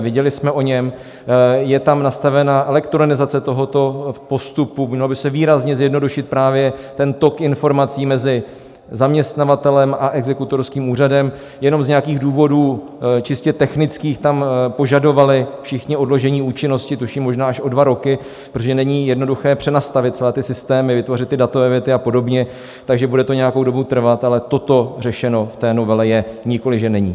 Věděli jsme o něm, je tam nastavena elektronizace tohoto postupu, měl by se výrazně zjednodušit právě tok informací mezi zaměstnavatelem a exekutorským úřadem, jenom z nějakých důvodů čistě technických tam požadovali všichni odložení účinnosti, tuším možná až dva roky, protože není jednoduché přenastavit celé ty systémy, vytvořit ty datové věty a podobně, takže bude to nějakou dobu trvat, ale toto řešeno v té novele je, nikoliv, že není.